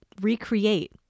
recreate